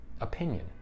opinion